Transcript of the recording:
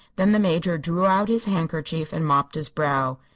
then the major drew out his handkerchief and mopped his brow.